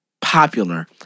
popular